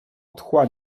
otchła